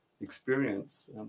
experience